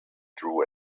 drew